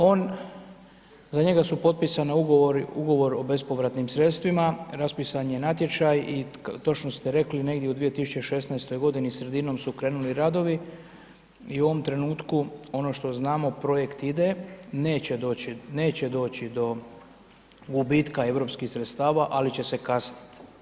On, za njega su potpisani ugovor o bespovratnim sredstvima, raspisan je natječaj i točno ste rekli negdje u 2016. godini, sredinom su krenuli radovi i u ovom trenutku ono što znamo projekt ide, neće doći, neće doći do gubitka europskih sredstava ali će se kasniti.